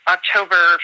October